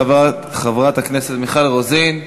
חברת הכנסת מיכל רוזין.